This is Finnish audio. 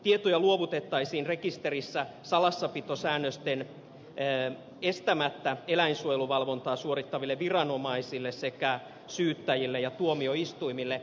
tietoja luovutettaisiin rekisterissä salassapitosäännösten estämättä eläinsuojeluvalvontaa suorittaville viranomaisille sekä syyttäjille ja tuomioistuimille